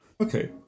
Okay